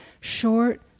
Short